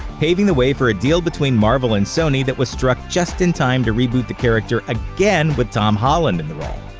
paving the way for a deal between marvel and sony that was struck just in time to reboot the character again with tom holland in the role,